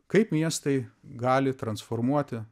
kaip miestai gali transformuoti